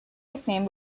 nickname